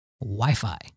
Wi-Fi